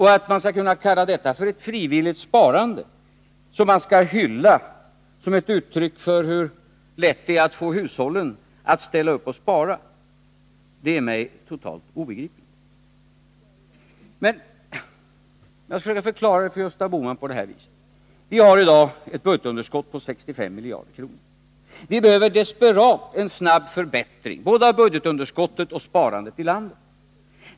Hur man kan kalla detta för ett frivilligt sparande som man skall hylla som ett uttryck för hur lätt det är att få hushållen att ställa upp och spara är för mig totalt obegripligt. Jag skulle vilja förklara det hela för Gösta Bohman på det här viset: Vi har i dag ett budgetunderskott på 65 miljarder kronor. Vi behöver desperat en snabb förbättring både av budgetunderskottet och av sparandet i landet.